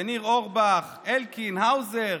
ניר אורבך, אלקין, האוזר,